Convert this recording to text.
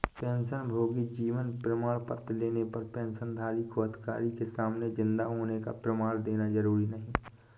पेंशनभोगी जीवन प्रमाण पत्र लेने पर पेंशनधारी को अधिकारी के सामने जिन्दा होने का प्रमाण देना जरुरी नहीं